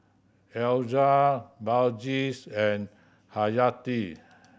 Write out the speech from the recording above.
Elyas Balqis and Haryati